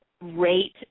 rate